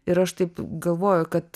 ir aš taip galvoju kad